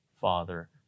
Father